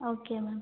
okay ma'am